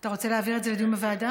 אצה רוצה להעביר את זה לדיון בוועדה?